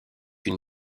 une